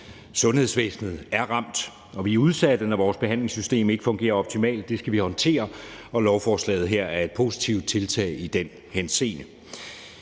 Sundhedsvæsenet er ramt, og vi er udsatte, når vores behandlingssystem ikke fungerer optimalt. Det skal vi håndtere, og lovforslaget her er et positivt tiltag i den henseende.